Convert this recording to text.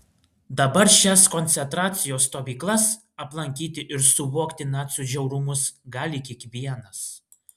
dabar šias koncentracijos stovyklas aplankyti ir suvokti nacių žiaurumus gali kiekvienas